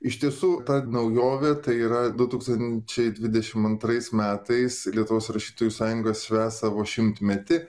iš tiesų ta naujovė tai yra du tūkstančiai dvidešim antrais metais lietuvos rašytojų sąjunga švęs savo šimtmetį